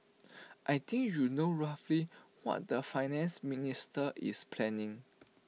I think you know roughly what the Finance Minister is planning